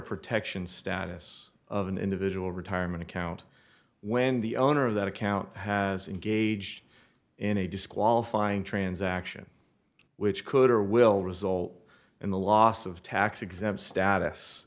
protection status of an individual retirement account when the owner of that account has engaged in a disqualifying transaction which could or will result in the loss of tax exempt status